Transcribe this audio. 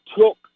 took